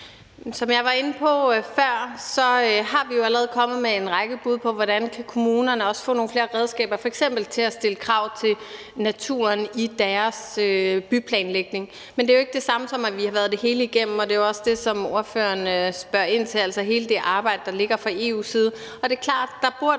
Som jeg var inde på før, er vi jo allerede kommet med en række bud på, hvordan kommunerne også kan få nogle flere redskaber, f.eks. til at stille krav vedrørende natur i deres byplanlægning. Men det er jo ikke det samme, som at vi har været det hele igennem, og det er jo også det, som ordføreren spørger ind til, altså hele det arbejde, der ligger fra EU's side.